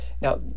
Now